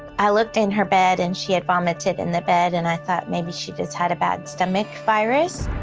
i looked in her bed and she had vomited in the bed and i thought maybe she just had a bad stomach virus.